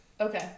Okay